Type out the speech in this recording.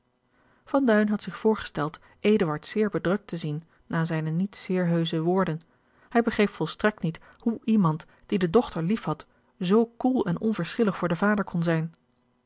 had zich voorgesteld eduard zeer bedrukt te zien na zijne niet zeer heusche woorden hij begreep volstrekt niet hoe iemand die de dochter lief had zoo koel en onverschillig voor den vader kon zijn